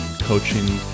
coaching